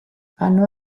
hanno